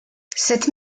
cette